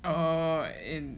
oh in